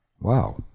Wow